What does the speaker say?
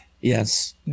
yes